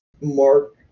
Mark